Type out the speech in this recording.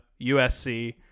USC